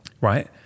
right